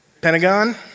Pentagon